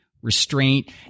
Restraint